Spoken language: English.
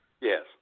Yes